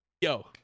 yo